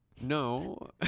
No